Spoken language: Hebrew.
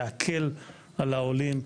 להקל על העולים.